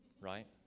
Right